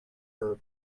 her